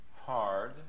Hard